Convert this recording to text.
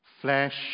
Flesh